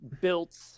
built